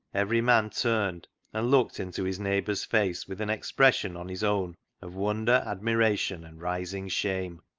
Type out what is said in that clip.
every man turned and looked into his neigh bour's face with an expression on his own of wonder, admiration, and rising shame.